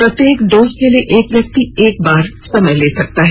प्रत्येक डोज के लिए एक व्यक्ति एक बार समय ले सकता है